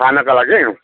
खानाका लागि